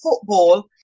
football